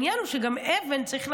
בסוף,